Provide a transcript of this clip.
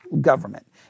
government